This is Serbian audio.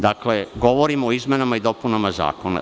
Dakle, govorim o izmenama i dopunama Zakona.